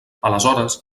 aleshores